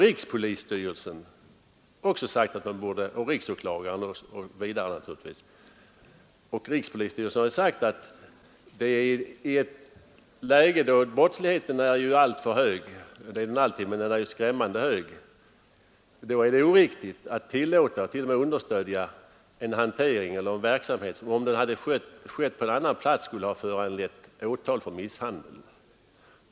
Vidare har både riksåklagaren och rikspolisstyrelsen sagt att i ett läge där brottsligheten är skrämmande hög — alltför hög är den ju alltid — är det oriktigt att tillåta, t.o.m. understödja en verksamhet som, om den hade skett på annan plats, skulle ha föranlett åtal för misshandel.